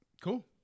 cool